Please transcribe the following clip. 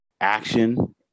action